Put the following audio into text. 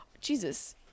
Jesus